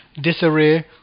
disarray